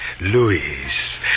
Luis